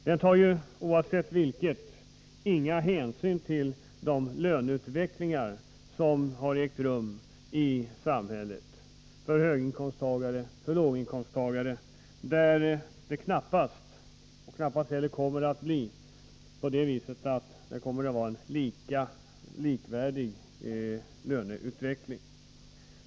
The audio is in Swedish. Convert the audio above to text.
Den tar ingen hänsyn till de löneutvecklingar som har ägt rum i samhället, där det f. ö. inte har varit och knappast kommer att bli en likvärdig löneutveckling för höginkomsttagare och låginkomsttagare.